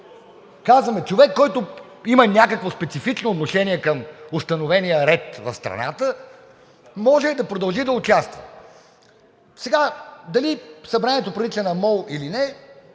Казваме: човек, който има някакво специфично отношение към установения ред в страната, може да продължи да участва. Сега, дали Събранието прилича на мол или не,